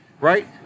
right